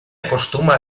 acostuma